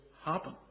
happen